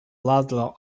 ludlow